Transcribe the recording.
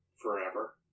forever